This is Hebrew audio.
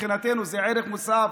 מבחינתנו זה ערך מוסף,